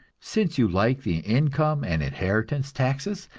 since you like the income and inheritance taxes,